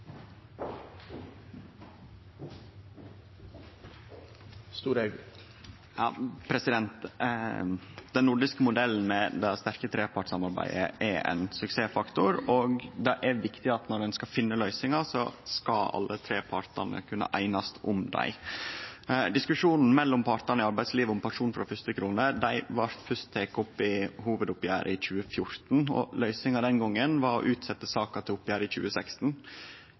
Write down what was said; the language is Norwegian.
er viktig når ein skal finne løysingar, at alle dei tre partane skal kunne einast om dei. Diskusjonen mellom partane i arbeidslivet om pensjon frå første krone blei først teken opp i hovudoppgjeret i 2014, og løysinga den gongen var å utsetje saka til oppgjeret i 2016.